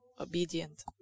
obedient